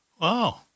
Wow